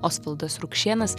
osvaldas rukšėnas